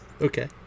Okay